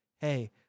hey